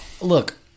Look